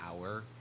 hour